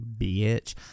bitch